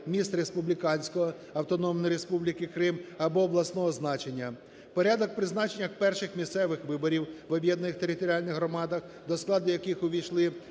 міст республіканського (Автономної Республіки Крим) або обласного значення; порядок призначення перших місцевих виборів в об'єднаних територіальних громадах, до складу яких увійшли